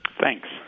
Thanks